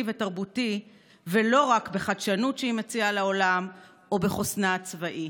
ותרבותי ולא רק בחדשנות שהיא מציעה לעולם או בחוסנה הצבאי.